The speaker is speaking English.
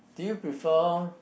do you prefer